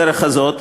בדרך הזאת,